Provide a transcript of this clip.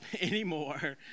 anymore